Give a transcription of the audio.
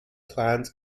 clans